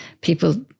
people